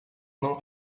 não